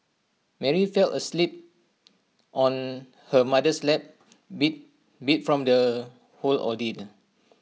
Mary fell asleep on her mother's lap be beat from the whole ordeal